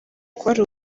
kwari